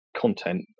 content